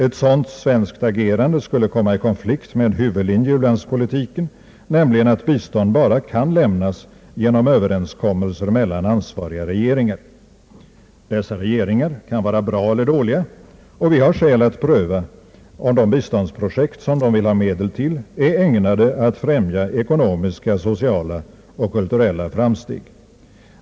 Ett sådant svenskt agerande skulle komma i konflikt med en huvudlinje i vår u-landspolitik, nämligen att bistånd bara kan lämnas genom överenskommelser mellan ansvariga regeringar. Dessa regeringar kan vara bra eller dåliga, och vi har skäl att pröva, om de biståndsprojekt de vill ha medel till är ägnade att främja ekonomiska, sociala och kulturella framsteg.